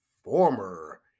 former